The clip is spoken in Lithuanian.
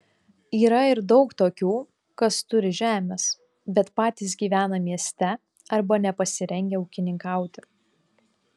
yra ir daug tokių kas turi žemės bet patys gyvena mieste arba nepasirengę ūkininkauti